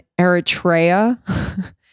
Eritrea